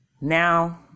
Now